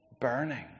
Burning